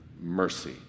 mercy